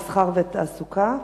המסחר והתעסוקה.